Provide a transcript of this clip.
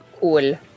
cool